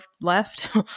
left